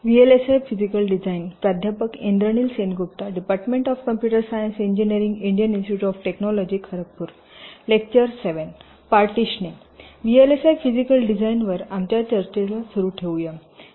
VLSI physical डिझाइनवर आमच्या चर्चेचा सुरू ठेवा